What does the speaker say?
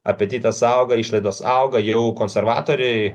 apetitas auga išlaidos auga jau konservatoriai